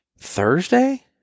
Thursday